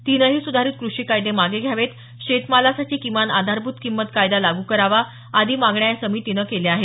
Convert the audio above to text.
तीनही सुधारित कृषी कायदे मागे घ्यावेत शेत मालासाठी किमान आधारभूत किंमत कायदा लागू करावा आदी मागण्या या समितीनं केल्या आहेत